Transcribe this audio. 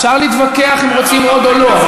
אפשר להתווכח אם רוצים עוד או לא,